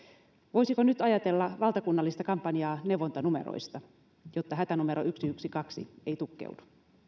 voisiko nyt ajatella valtakunnallista kampanjaa neuvontanumeroista jotta hätänumero satakaksitoista ei tukkeudu